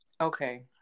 okay